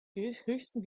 höchsten